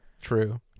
True